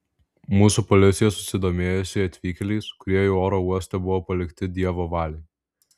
mūsų policija susidomėjusi atvykėliais kurie jau oro uoste buvo palikti dievo valiai